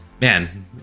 man